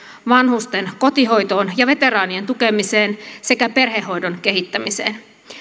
vanhusten kotihoitoon ja veteraanien tukemiseen sekä perhehoidon kehittämiseen